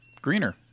Greener